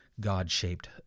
god-shaped